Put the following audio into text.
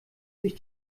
sich